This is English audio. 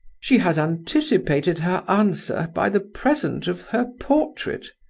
she has anticipated her answer by the present of her portrait.